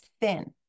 thin